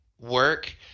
work